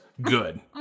Good